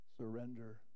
surrender